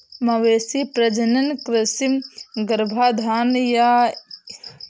मवेशी प्रजनन कृत्रिम गर्भाधान यह इंगित करने के लिए एस्ट्रस सिंक्रोनाइज़ेशन का उपयोग करता है